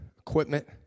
equipment